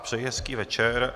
Přeji hezký večer.